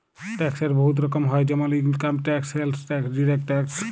ট্যাক্সের বহুত রকম হ্যয় যেমল income tax, sales tax, direct tax